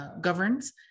Governs